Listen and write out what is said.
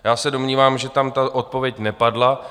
Já se domnívám, že tam ta odpověď nepadla.